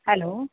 hello